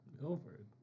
Milford